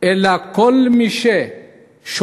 אלא כל מי ששואף